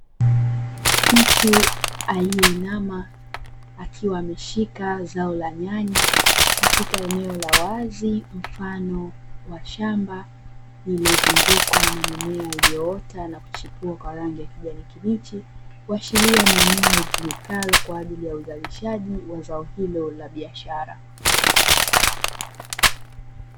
Mtu aliyeinama akiwa ameshika zao la nyanya katika eneo la wazi mfano wa shamba; ililozungukwa na mimea iliyoota na kuchipua kwa rangi ya kijani kibichi, kuashiria ni eneo litumikalo kwa ajili ya uzalishaji wa zao hilo la biashara.